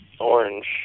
orange